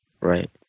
Right